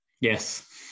yes